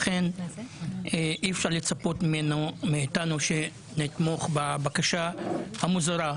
לכן אי אפשר לצפות מאתנו שנתמוך בבקשה המוזרה,